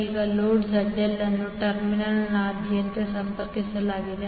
ಈಗ load ZL ಅನ್ನು ಟರ್ಮಿನಲ್ನಾದ್ಯಂತ ಸಂಪರ್ಕಿಸಲಾಗಿದೆ